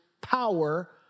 power